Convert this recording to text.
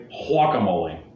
guacamole